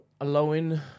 Allowing